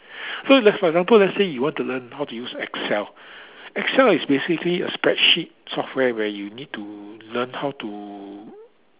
so that's for example let's say you want to learn how to use Excel Excel is basically a spreadsheet software where you need to learn how to